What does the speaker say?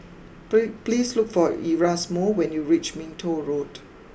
Poly please look for Erasmo when you reach Minto Road